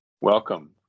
Welcome